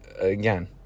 again